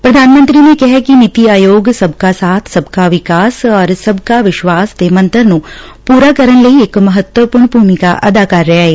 ਪ੍ਰਧਾਨਮੰਤਰੀ ਨੇ ਕਿਹੈ ਕਿ ਨੀਤੀ ਆਯੋਗ ਸਭਕਾ ਸਾਬ ਸਬਕਾ ਵਿਕਾਸ ਅਤੇ ਸਬਕਾ ਵਿਸ਼ਵਾਸ ਦੇ ਮੰਤਰ ਨੂੰ ਪੂਰਾ ਕਰਨ ਲਈ ਇੱਕ ਮਹੱਤਵਪੂਰਨ ਭੁਮਿਕਾ ਅਦਾ ਕਰ ਰਿਹਾ ਏ